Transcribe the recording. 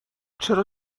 چرا